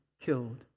killed